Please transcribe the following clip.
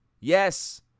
Yes